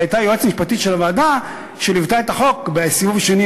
והיא הייתה יועצת משפטית של הוועדה שליוותה את החוק בסיבוב השני,